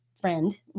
friend